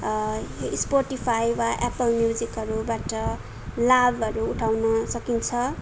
Spotify वा Apple म्युजिकहरूबाट लाभहरू उठाउन सकिन्छ